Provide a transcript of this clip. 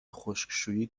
خشکشویی